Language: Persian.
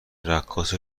رقاص